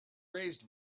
raised